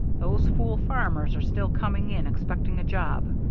those fool farmers are still coming in expecting a job.